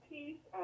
Peace